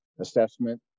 assessment